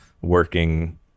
working